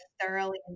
thoroughly